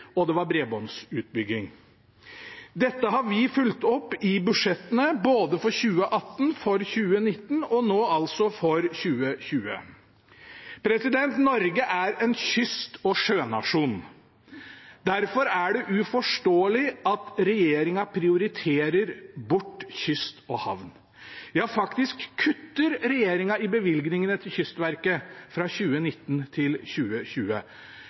og det var bredbåndsutbygging. Dette har vi fulgt opp i budsjettene for både 2018, 2019 og nå for 2020. Norge er en kyst- og sjønasjon. Derfor er det uforståelig at regjeringen prioriterer bort kyst og havn. Ja, faktisk kutter regjeringen i bevilgningene til Kystverket fra 2019 til 2020.